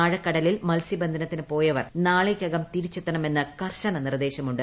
ആഴക്കടലിൽ മത്സ്യബന്ധനത്തിനു പോയവർ നാളെയ്ക്കകം തിരിച്ചെത്തണമെന്നു കർശന നിർദേശമുണ്ട്